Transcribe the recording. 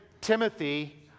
Timothy